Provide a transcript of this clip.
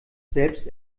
selbst